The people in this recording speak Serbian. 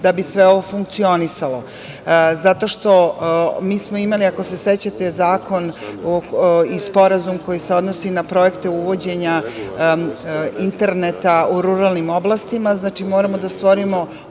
da bi sve ovo funkcionisalo. Zato što smo mi imali, ako se sećate, zakon i sporazum koji se odnosi na projekte uvođenja interneta u ruralnim oblastima. Znači, moramo da stvorimo